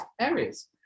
areas